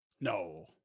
no